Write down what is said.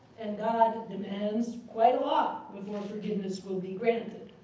and god demands quite a lot before forgiveness will be granted.